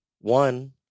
One